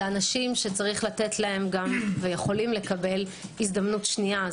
זה אנשים שצריך לתת להם ויכולים לקבל הזדמנות שנייה.